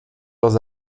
leurs